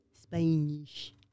Spanish